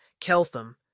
Keltham